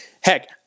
heck